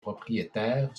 propriétaire